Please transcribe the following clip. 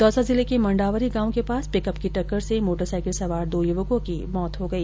दौसा जिले के मंडावरी गांव के पास पिकअप की टक्कर से मोटरसाईकिल सवार दो युवकों की मौत हो गई